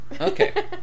Okay